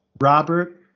Robert